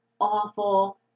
awful